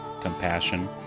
compassion